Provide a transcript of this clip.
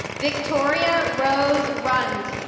victoria rose rund